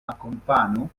akompanu